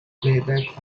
playback